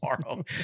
tomorrow